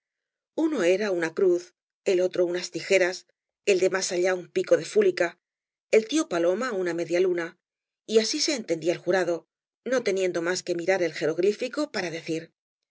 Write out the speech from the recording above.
uno era una cruz el otro unas tijeras el de más allá un pico de fúlica el tío paloma una media luna y asi be entendía el jurado no teniendo mas que mirar el jeroglifico para decir